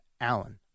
Allen